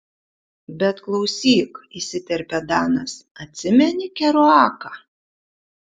bet klausyk įsiterpė danas atsimeni keruaką